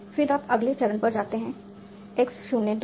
फिर आप अगले चरण पर जाते हैं x 0 2